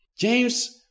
James